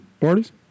parties